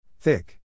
Thick